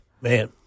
Man